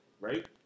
right